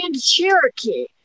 Cherokee